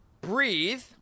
breathe